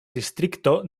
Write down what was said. distrikto